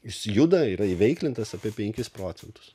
jis juda yra įveiklintas apie penkis procentus